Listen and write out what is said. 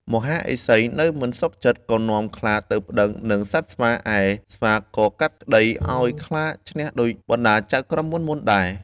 មហាឫសីនៅមិនសុខចិត្ត ក៏នាំខ្លាទៅប្តឹងនឹងសត្វស្វា ឯស្វាក៏កាត់ក្តីឱ្យខ្លាឈ្នះដូចបណ្តាចៅក្រមមុនៗដែរ។